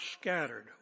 scattered